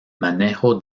manejo